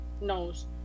nose